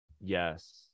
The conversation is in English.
yes